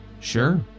Sure